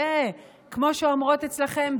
שכמו שאומרות אצלכם,